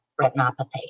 retinopathy